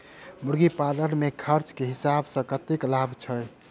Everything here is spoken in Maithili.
मुर्गी पालन मे खर्च केँ हिसाब सऽ कतेक लाभ छैय?